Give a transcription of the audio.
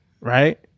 right